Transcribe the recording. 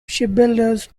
shipbuilders